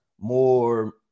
more